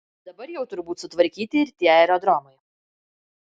dabar jau turbūt sutvarkyti ir tie aerodromai